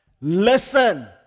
Listen